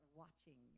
watching